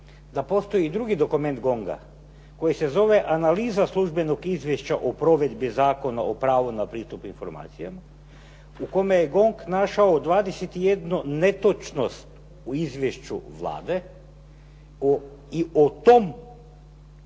da postoji i drugi dokument GONG-a koji se zove Analiza službenog izvješća o provedbi Zakona o pravu na pristup informacijama u kome je GONG našao 21 netočnost u izvješću Vlade i o toj analizi